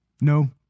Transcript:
No